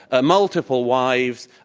ah multiple wives,